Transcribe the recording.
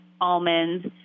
almonds